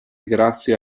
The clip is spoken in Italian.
grazie